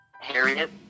Harriet